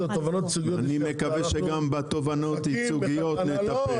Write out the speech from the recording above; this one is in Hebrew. אני מקווה שגם בתובענות הייצוגיות נטפל.